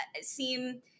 seem